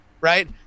right